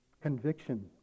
conviction